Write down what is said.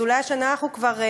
אז אולי השנה אנחנו כבר,